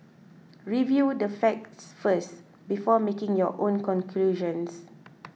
review the facts first before making your own conclusions